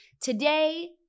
today